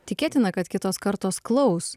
tikėtina kad kitos kartos klaus